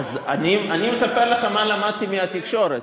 אז אני מספר לכם מה למדתי מהתקשורת,